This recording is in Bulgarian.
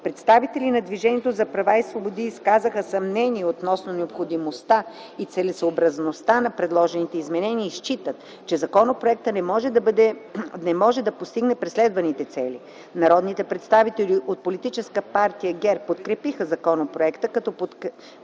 Представители на Движението за права и свободи изказаха съмнения относно необходимостта и целесъобразността на предложените изменения и считат, че законопроектът не може да постигне преследваните цели. Народните представители от Политическа партия ГЕРБ подкрепиха законопроекта като подчертаха,